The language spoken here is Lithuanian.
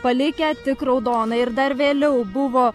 palikę tik raudoną ir dar vėliau buvo